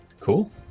Cool